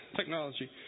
technology